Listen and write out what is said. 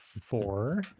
Four